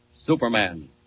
Superman